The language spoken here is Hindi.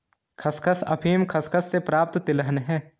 खसखस अफीम खसखस से प्राप्त तिलहन है